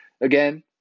again